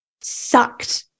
sucked